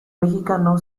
mexicano